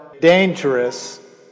dangerous